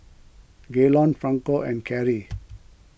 Gaylon Franco and Carrie